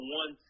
one